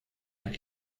ein